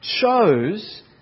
chose